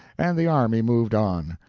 and the army moved on.